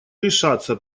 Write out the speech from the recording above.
решаться